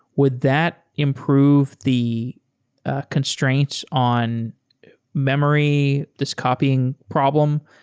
would that improve the constraints on memory, this copying problem?